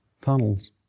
tunnels